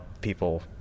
people